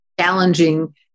challenging